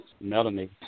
Melanie